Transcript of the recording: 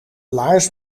laars